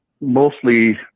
mostly